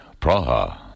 Praha